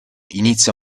inizia